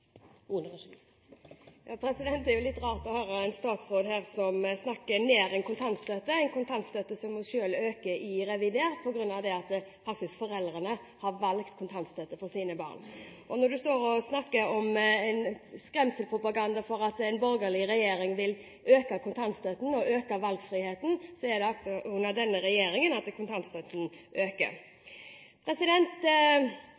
Det er jo litt rart å høre en statsråd som snakker ned en kontantstøtte som hun selv øker i revidert budsjett, på grunn av at foreldrene faktisk har valgt kontantstøtte for sine barn. Og når man driver skremselspropaganda om at en borgerlig regjering vil øke kontantstøtten og øke valgfriheten, så er det altså under denne regjeringen kontantstøtten